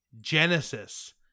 genesis